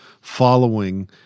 following –